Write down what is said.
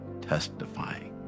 testifying